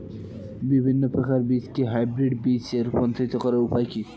বিভিন্ন প্রকার বীজকে হাইব্রিড বীজ এ রূপান্তরিত করার উপায় কি?